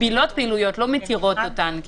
לא מתירות אותן.